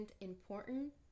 important